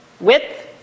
width